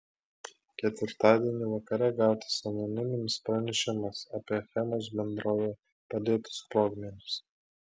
ketvirtadienį vakare gautas anoniminis pranešimas apie achemos bendrovėje padėtus sprogmenis